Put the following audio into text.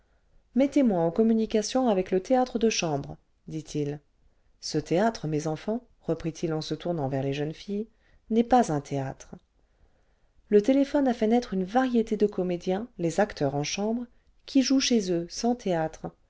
mettez-moi en communication avec le théâtre de cliambre dit-il ce théâtre mes enfants reprit-il en se tournant vers les jeunes filles n'est pas un théâtre le téléphone a fait naître une variété de comédiens les acteurs en chambre qui jouent chez eux sans théâtre